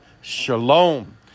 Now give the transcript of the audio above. Shalom